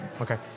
Okay